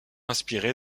inspirée